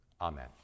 Amen